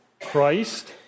Christ